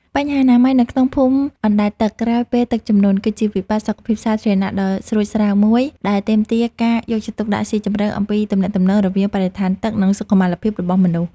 បញ្ហាអនាម័យនៅក្នុងភូមិអណ្តែតទឹកក្រោយពេលទឹកជំនន់ គឺជាវិបត្តិសុខភាពសាធារណៈដ៏ស្រួចស្រាវមួយ ដែលទាមទារការយល់ដឹងស៊ីជម្រៅអំពីទំនាក់ទំនងរវាងបរិស្ថានទឹក និងសុខុមាលភាពរបស់មនុស្ស។